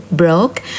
broke